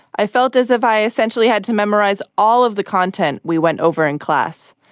i felt as if i essentially had to memorise all of the content we went over in class.